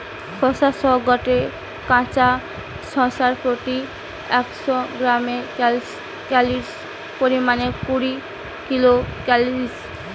খোসা সহ গটে কাঁচা শশার প্রতি একশ গ্রামে ক্যালরীর পরিমাণ কুড়ি কিলো ক্যালরী